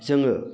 जोङो